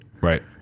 right